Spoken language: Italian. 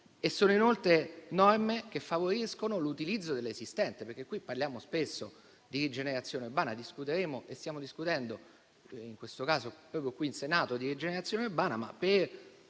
Sono inoltre norme che favoriscono l'utilizzo dell'esistente, perché qui parliamo spesso di rigenerazione urbana. Discuteremo e stiamo discutendo, proprio qui in Senato, di rigenerazione urbana, ma per